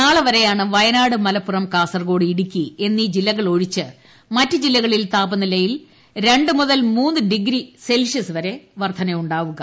നാളെ വരെ വയനാട് മലപ്പുറം കാസർകോട് ഇടുക്കി എന്നീ ജില്ലകളൊഴിച്ച് മറ്റു ജില്ലകളിൽ താപനിലയിൽ രണ്ട് മുതൽ മൂന്ന് ഡിഗ്രി സെൽഷ്യസ് വർദ്ധന ഉണ്ടാകും